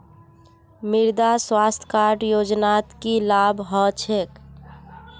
मृदा स्वास्थ्य कार्ड योजनात की लाभ ह छेक